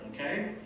okay